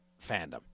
fandom